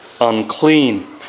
unclean